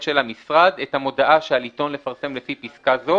של המשרד את המודעה שעל עיתון לפרסם לפי פסקה זו,